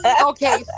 okay